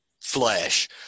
flesh